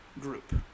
group